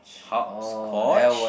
hopscotch